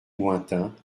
lointains